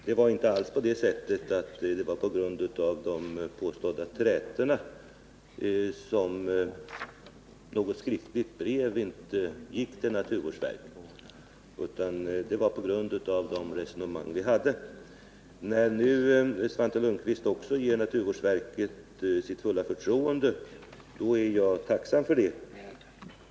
Det var inte alls på grund av de påstådda trätorna som något brev inte gick till naturvårdsverket, utan det var på grund av de resonemang vi förde. När nu Svante Lundkvist säger att också han ger naturvårdsverket sitt fulla förtroende är jag tacksam för det.